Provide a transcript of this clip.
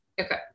Okay